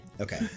okay